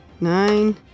Nine